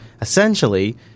essentially